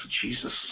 Jesus